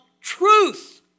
truth